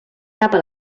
tapa